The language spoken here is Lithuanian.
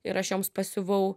ir aš joms pasiuvau